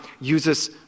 uses